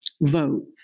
vote